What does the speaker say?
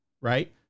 right